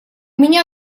меня